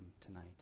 tonight